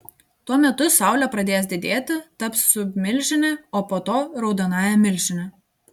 tuo metu saulė pradės didėti taps submilžine o po to raudonąja milžine